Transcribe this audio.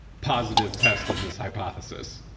positive test on this hypothesis.